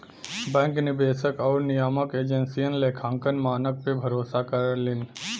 bank निवेशक आउर नियामक एजेंसियन लेखांकन मानक पे भरोसा करलीन